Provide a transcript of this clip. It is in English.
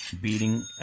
beating